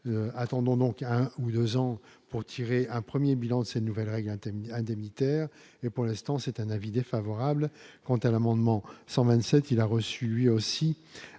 attendons donc a un ou 2 ans pour tirer un 1er bilan de ces nouvelles règles internes indemnitaire et pour l'instant, c'est un avis défavorable quant à l'amendement 127 qu'il a reçu lui aussi